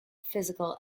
physical